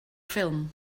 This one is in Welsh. ffilm